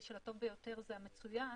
של הטוב ביותר זה המצוין.